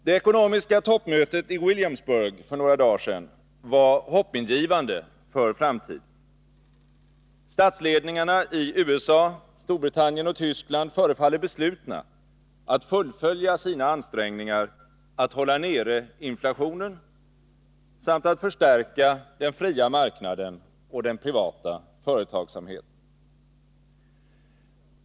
Det ekonomiska toppmötet i Williamsburg för några dagar sedan var hoppingivande för framtiden. Statsledningarna i USA, Storbritannien och Tyskland förefaller beslutna att fullfölja sina ansträngningar att hålla nere inflationen samt att förstärka den fria marknaden och den privata företagsamheten.